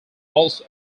also